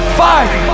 fight